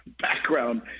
background